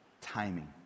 timing